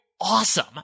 awesome